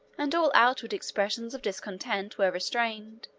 and all outward expressions of discontent were restrained.